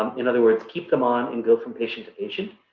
um in other words, keep them on and go from patient to patient.